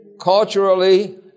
Culturally